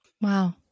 Wow